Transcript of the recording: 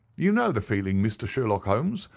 you know the feeling, mr. sherlock holmes,